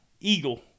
eagle